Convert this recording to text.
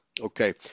Okay